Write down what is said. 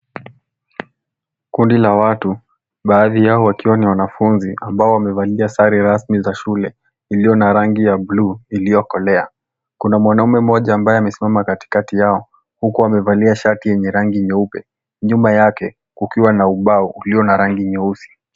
Kundi la watu, baadhi yao wakiwa ni wanafunzi ambao wamevalia sare rasmi za shule iliyo na rangi ya blue iliyokolea. Kuna mwanamume mmoja ambaye amesimama katikati yao, huku amevalia shati yenye rangi nyeupe, nyuma yake, kukiwa na ubao, uliyo na rangi nyeusi.